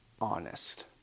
honest